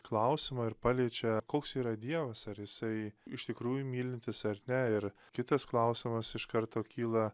klausimą ir paliečia koks yra dievas ar jisai iš tikrųjų mylintis ar ne ir kitas klausimas iš karto kyla